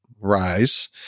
rise